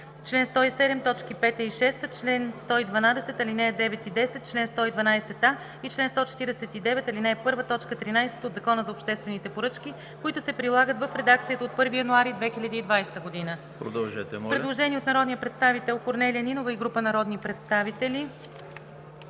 чл. 107, т. 5 и 6, чл. 112, ал. 9 и 10, чл. 112а и чл. 149, ал. 1, т. 13 от Закона за обществените поръчки, които се прилагат в редакцията от 1 януари 2020 г.“ Има предложение от народния представител Корнелия Нинова и група народни представители.